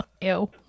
ew